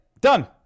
done